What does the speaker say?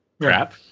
crap